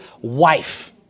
wife